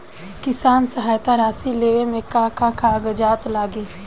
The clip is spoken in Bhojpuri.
किसान सहायता राशि लेवे में का का कागजात लागी?